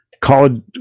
college